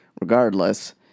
Regardless